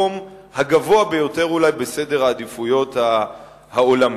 במקום הגבוה ביותר אולי בסדר העדיפויות העולמי.